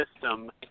system –